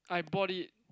I bought it